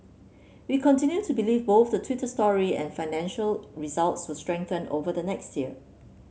we continue to believe both the Twitter story and financial results will strengthen over the next year